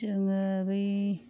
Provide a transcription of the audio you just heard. जोङो बै